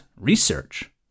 research